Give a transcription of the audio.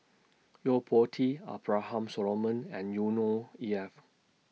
Yo Po Tee Abraham Solomon and Yusnor E F